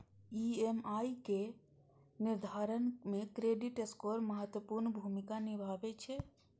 EMI केर निर्धारण मे क्रेडिट स्कोर महत्वपूर्ण भूमिका निभाबै छै